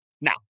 Now